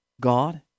God